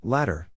Ladder